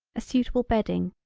a suitable bedding,